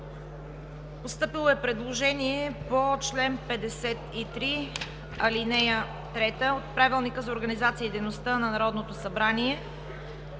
Постъпило е предложение по чл. 53, ал. 3 от Правилника за организацията на дейността на Народното събрание